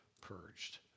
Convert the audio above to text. purged